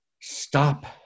Stop